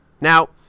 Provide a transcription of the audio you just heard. Now